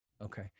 Okay